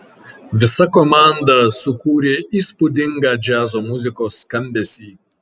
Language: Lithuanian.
visa komanda sukūrė įspūdingą džiazo muzikos skambesį